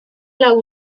lau